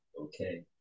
okay